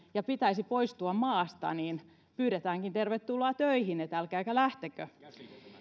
ja pitäisi poistua maasta niin pyydetäänkin tervetuloa töihin älkääkä lähtekö